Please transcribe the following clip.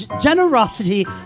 Generosity